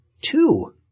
two